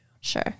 Sure